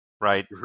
right